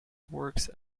works